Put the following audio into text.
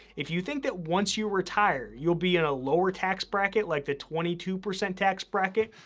if you think that once you retire, you'll be in a lower tax bracket, like the twenty two percent tax bracket,